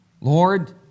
Lord